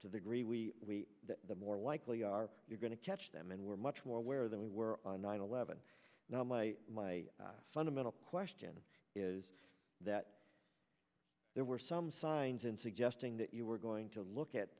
agree we the more likely are we're going to catch them and we're much more aware than we were on nine eleven now my my fundamental question is that there were some signs in suggesting that you were going to look at